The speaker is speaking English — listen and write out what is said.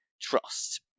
trust